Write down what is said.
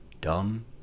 dumb